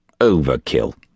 Overkill